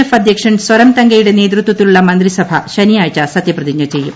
F അധ്യക്ഷൻ സൊറം തങ്കയുടെ നേതൃത്വത്തിലുള്ള മന്ത്രിസഭ ശനിയാഴ്ച്ച സ്ത്യപ്രതിജ്ഞ ചെയ്യും